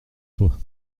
toi